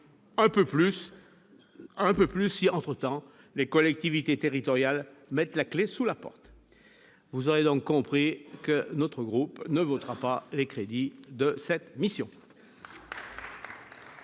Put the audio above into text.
un peu plus si, entre-temps, les collectivités territoriales mettent la clé sous la porte, vous aurez donc compris que notre groupe ne votera pas les crédits de cette mission.